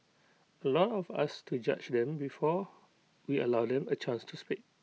A lot of us to judge them before we allow them A chance to speak